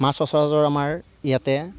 মাছ সচৰাচৰ আমাৰ ইয়াতে